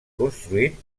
construït